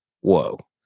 Whoa